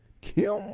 Kim